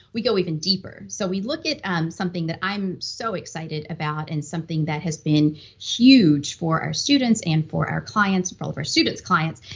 we go even deeper. so we look at um something that i'm so excited about, and something that has been huge for our students and for our clients for all of our student's clients,